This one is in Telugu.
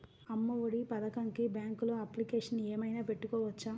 అమ్మ ఒడి పథకంకి బ్యాంకులో అప్లికేషన్ ఏమైనా పెట్టుకోవచ్చా?